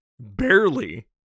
Barely